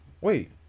Wait